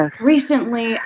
recently